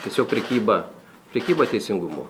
tiesiog prekyba prekyba teisingumu